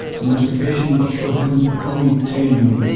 domestication was for him only taming,